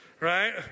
Right